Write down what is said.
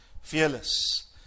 fearless